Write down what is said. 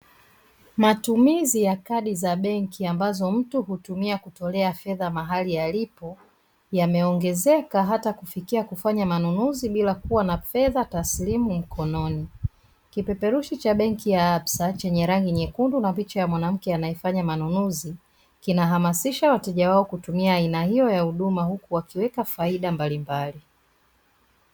Matumizi ya kadi za benki ambazo mtu hutumia kutolea fedha mahali halipo, yameongezeka hata kufikia kufanya manunuzi bila kuwa na fedha taslimu mkononi. Kipeperushi cha benki ya "Absa" chenye rangi nyekundu na picha ya mwanamke anayefanya manunuzi, kinahamasisha wateja wao kutumia aina hiyo ya huduma huku wakiweka faida mbalimbali.